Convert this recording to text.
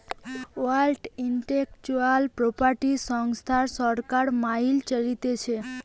world intellectual property সংস্থা সরকার মাইল চলতিছে